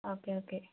okay okay